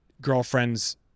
girlfriend's